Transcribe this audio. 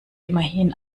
immerhin